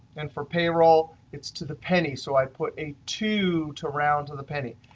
and for payroll, it's to the penny. so i put a two to round to the penny,